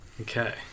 okay